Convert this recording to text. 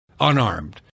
unarmed